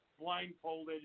Blindfolded